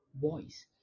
voice